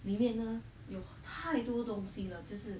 里面呢有太多东西了就是